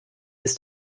ist